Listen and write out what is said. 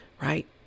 right